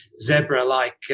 zebra-like